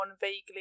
vaguely